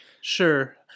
Sure